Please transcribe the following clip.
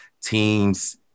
teams